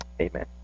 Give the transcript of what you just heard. Amen